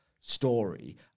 story